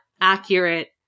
accurate